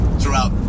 throughout